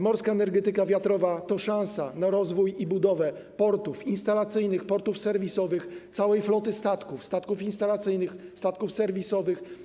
Morska energetyka wiatrowa to szansa na rozwój i budowę portów, instalacyjnych portów serwisowych, całej floty statków, statków instalacyjnych, statków serwisowych.